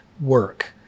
work